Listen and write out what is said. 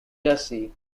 jersey